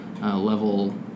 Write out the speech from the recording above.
level